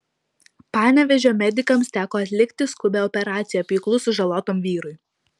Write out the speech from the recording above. panevėžio medikams teko atlikti skubią operaciją pjūklu sužalotam vyrui